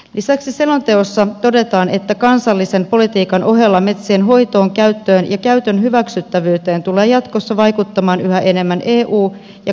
lisäksi selonteossa todetaan että kansallisen politiikan ohella metsien hoitoon käyttöön ja käytön hyväksyttävyyteen tulee jatkossa vaikuttamaan yhä enemmän eu ja kansainvälinen politiikka